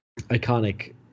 iconic